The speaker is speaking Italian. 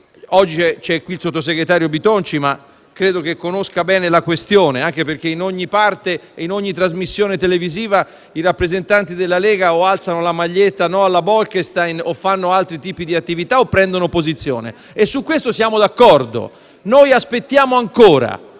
Oggi è presente il sottosegretario Bitonci, che credo conosca bene la questione perché ovunque, in ogni trasmissione televisiva, i rappresentanti della Lega o indossano la maglietta «no alla Bolkeistein» o fanno altri tipi di attività o prendono posizione. Su questo siamo d'accordo. Aspettiamo ancora